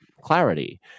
clarity